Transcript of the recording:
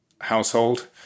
household